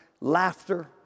laughter